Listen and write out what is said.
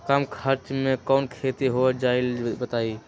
कम खर्च म कौन खेती हो जलई बताई?